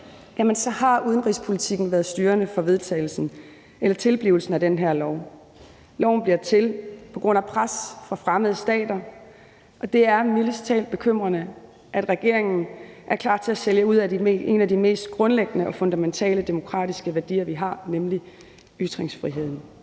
tredje har udenrigspolitikken været styrende for tilblivelsen af det her lovforslag. Loven er blevet til under pres fra fremmede stater, og det er mildest talt bekymrende, at regeringen er klar til at sælge ud af en af de mest grundlæggende og fundamentale demokratiske værdier, vi har, nemlig ytringsfriheden.